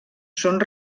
són